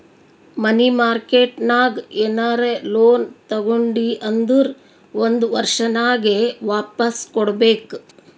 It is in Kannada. ಮನಿ ಮಾರ್ಕೆಟ್ ನಾಗ್ ಏನರೆ ಲೋನ್ ತಗೊಂಡಿ ಅಂದುರ್ ಒಂದ್ ವರ್ಷನಾಗೆ ವಾಪಾಸ್ ಕೊಡ್ಬೇಕ್